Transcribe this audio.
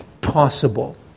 possible